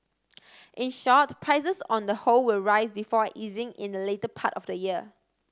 in short prices on the whole will rise before easing in the latter part of the year